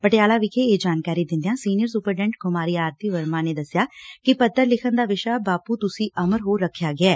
ਪਟਿਆਲਾ ਵਿਖੇ ਇਹ ਜਾਣਕਾਰੀ ਦਿੰਦਿਆਂ ਸੀਨੀਅਰ ਸੁਪਰਡੈ'ਟ ਕੁਮਾਰੀ ਆਰਤੀ ਵਰਮਾ ਨੇ ਦਸਿਆ ਕਿ ਪੱਤਰ ਲਿਖਣ ਦਾ ਵਿਸ਼ਾ ਬਾਪੁ ਤੁਸੀ ਅਮਰ ਹੋ ਰੱਖਿਆ ਗਿਐ